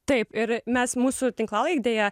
taip ir mes mūsų tinklalaidėje